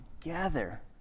together